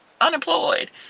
unemployed